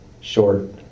short